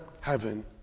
heaven